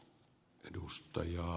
arvoisa puhemies